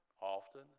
often